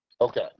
Okay